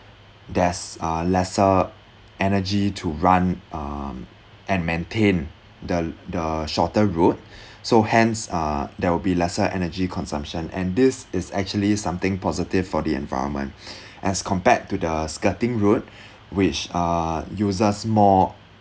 there's uh lesser energy to run um and maintain the the shorter route so hence uh there will be lesser energy consumption and this is actually something positive for the environment as compared to the skirting route which uh uses more